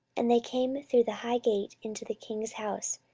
and they came through the high gate into the king's house,